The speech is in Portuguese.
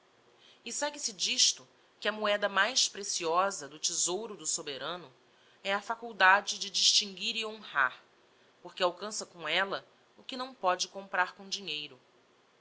e segue-se d'isto que a moeda mais preciosa do thesouro do soberano é a faculdade de distinguir e honrar porque alcança com ella o que não póde comprar com dinheiro